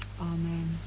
Amen